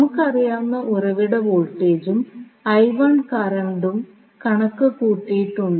നമുക്കറിയാവുന്ന ഉറവിട വോൾട്ടേജും കറണ്ടും കണക്ക് കൂട്ടിയിട്ടുണ്ട്